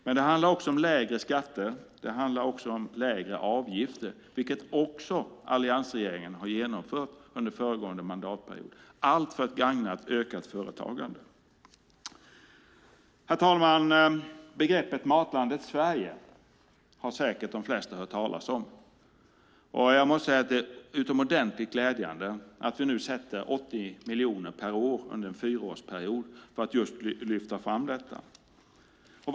Men det handlar också om lägre skatter och lägre avgifter, vilket alliansregeringen har infört under föregående mandatperiod, allt för att gagna ett ökat företagande. Herr talman! Begreppet Matlandet Sverige har säkert de flesta hört talas om. Jag måste säga att det är utomordentligt glädjande att vi nu avsätter 80 miljoner per år under en fyraårsperiod för att lyfta fram detta.